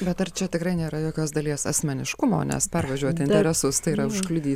bet ar čia tikrai nėra jokios dalies asmeniškumo nes pervažiuot interesus tai yra užkliudyt